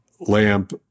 lamp